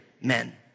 men